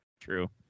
True